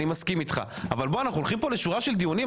אני מסכים איתך אבל אנחנו הולכים כאן לשורה של דיונים,